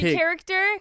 character